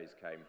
came